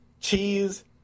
cheese